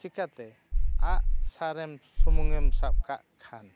ᱪᱮᱠᱟᱛᱮ ᱟᱜ ᱥᱟᱨᱮᱢ ᱥᱩᱢᱩᱝᱮᱢ ᱥᱟᱵ ᱠᱟᱜ ᱠᱷᱟᱱ